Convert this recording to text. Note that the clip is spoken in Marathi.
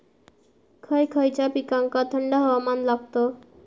खय खयच्या पिकांका थंड हवामान लागतं?